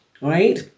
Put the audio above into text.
right